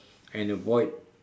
and avoid